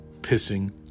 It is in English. pissing